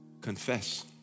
confess